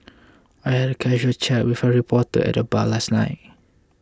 I had a casual chat with reporter at the bar last night